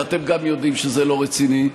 ואתם גם יודעים שזה לא רציני.